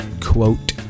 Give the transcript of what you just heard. quote